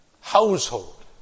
Household